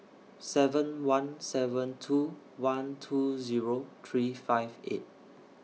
seven one seven two one two three five eight